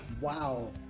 Wow